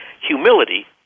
humility